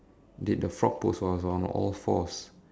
did the frog pose so I was on all fours